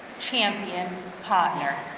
champion, partner.